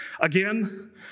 again